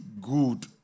good